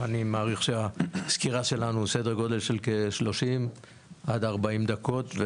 אני מעריך שהסקירה שלנו בסדר גודל של כ-30 עד 40 דקות.